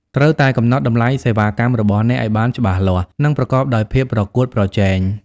ត្រូវតែ កំណត់តម្លៃសេវាកម្ម របស់អ្នកឱ្យបានច្បាស់លាស់ និងប្រកបដោយភាពប្រកួតប្រជែង។